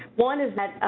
one is that,